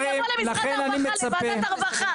אני אבוא למשרד הרווחה, לוועדת הרווחה.